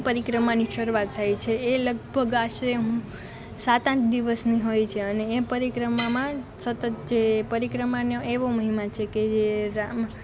પરિક્રમાની શરૂઆત થાય છે એ લગભગ આશરે હું સાત આઠ દિવસની હોય છે અને એ પરિક્રમામાં સતત જે પરિક્રમાનો એવો મહિમા છે કે એ રામ